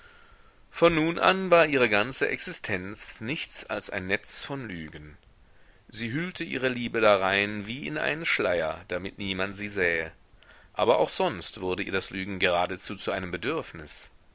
von nun an war ihre ganze existenz nichts als ein netz von lügen sie hüllte ihre liebe darein wie in einen schleier damit niemand sie sähe aber auch sonst wurde ihr das lügen geradezu zu einem bedürfnis